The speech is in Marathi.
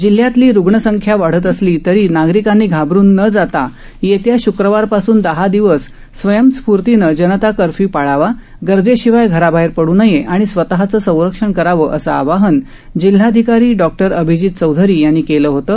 जिल्ह्यातली रुग्णसंख्या वाढत असली तरी नागरिकांनी घाबरून न जाता येत्या शुक्रवारपासून दहा दिवस स्वयंस्फूर्तीनं जनता कर्फ्यू पाळावा गरजेशिवाय घराबाहेर पडू नये आणि स्वतःचं संरक्षण करावं असं आवाहन जिल्हाधिकारी डॉ अभिजित चौधरी यांनी केलं होतं